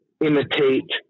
imitate